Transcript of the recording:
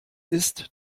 ist